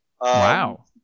Wow